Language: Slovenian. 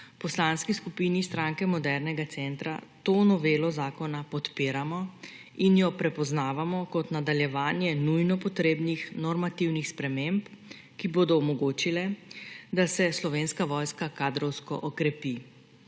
Poslanski skupini Stranke modernega centra to novelo zakona podpiramo in jo prepoznavamo kot nadaljevanje nujno potrebnih normativnih sprememb, ki bodo omogočile, da se Slovenska vojska kadrovsko okrepi.